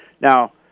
Now